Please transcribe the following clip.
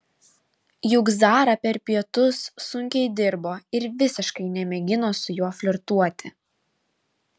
juk zara per pietus sunkiai dirbo ir visiškai nemėgino su juo flirtuoti